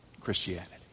Christianity